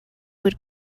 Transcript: would